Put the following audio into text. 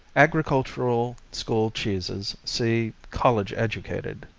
agricultural school cheeses see college-educated.